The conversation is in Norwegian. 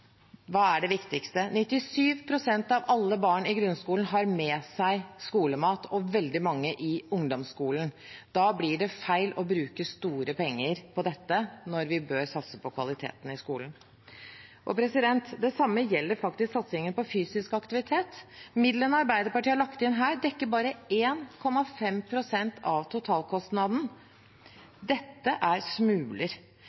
Hva er det viktigste? 97 pst. av alle barn i grunnskolen har med seg skolemat, og veldig mange i ungdomsskolen. Da blir det feil å bruke store penger på dette, når vi bør satse på kvaliteten i skolen. Det samme gjelder faktisk satsingen på fysisk aktivitet. Midlene Arbeiderpartiet har lagt inn her, dekker bare 1,5 pst. av